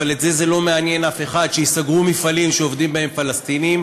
אבל זה לא מעניין אף אחד שייסגרו מפעלים שעובדים בהם פלסטינים,